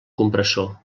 compressor